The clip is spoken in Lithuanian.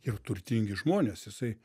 ir turtingi žmonės jisai